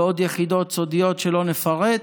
ועוד יחידות סודיות שלא נפרט.